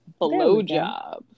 blowjob